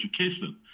education